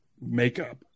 makeup